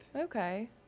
Okay